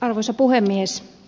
arvoisa puhemies